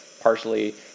partially